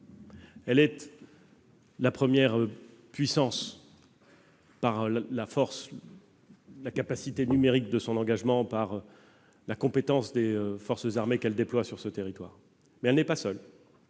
présente- par la force, par la capacité numérique de son engagement, par la compétence des forces armées qu'elle déploie sur ce territoire -, mais elle n'est pas seule.